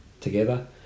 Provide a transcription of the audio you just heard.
together